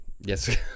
Yes